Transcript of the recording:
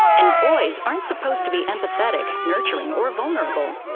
and boys aren't supposed to be empathetic, nurturing, or vulnerable.